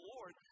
Lord